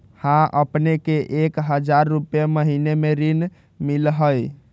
हां अपने के एक हजार रु महीने में ऋण मिलहई?